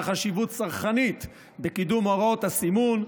חשיבות צרכנית בקידום הוראות הסימון,